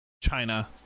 China